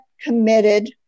committed